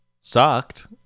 sucked